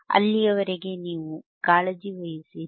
ಅಲ್ಲಿಯವರೆಗೆ ನೀವು ಕಾಳಜಿ ವಹಿಸಿರಿ